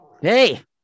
Hey